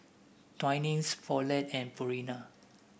Twinings Poulet and Purina